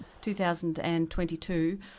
2022